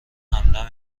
همدم